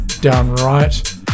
Downright